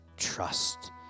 trust